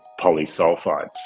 polysulfides